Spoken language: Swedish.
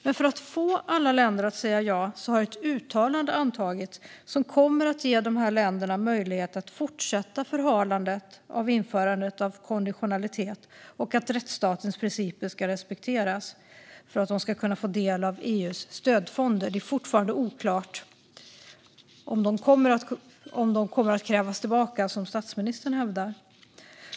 Men för att få alla länder att säga ja har ett uttalande antagits som kommer att ge dessa länder möjlighet att fortsätta förhala införandet av konditionalitet och att rättsstatens principer ska respekteras för att de ska få ta del av EU:s stödfonder. Det är fortfarande oklart om de kommer att krävas tillbaka, som statsministern hävdar.